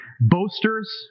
boasters